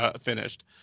finished